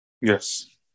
Yes